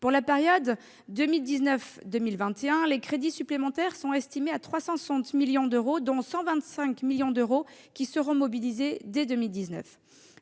Pour la période 2019-2021, les crédits supplémentaires sont estimés à 360 millions d'euros, parmi lesquels 125 millions d'euros seront mobilisés dès 2019.